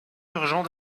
urgent